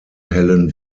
helen